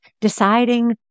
deciding